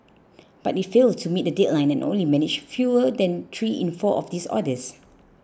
but it failed to meet the deadline and only managed fewer than three in four of these orders